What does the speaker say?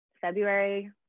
February